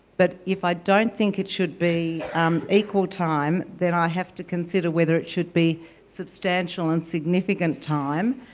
but if i don't think it should be um equal time, then i have to consider whether it should be substantial and significant time,